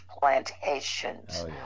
plantations